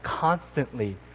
constantly